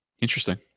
interesting